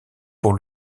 pour